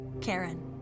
Karen